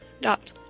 dot